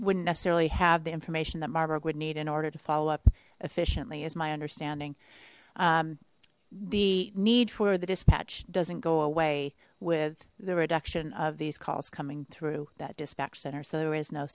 wouldn't necessarily have the information that marburg would need in order to follow up efficiently as my understanding the need for the dispatch doesn't go away with the reduction of these calls coming through that dispatch center so there is no